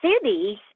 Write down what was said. cities